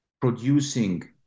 producing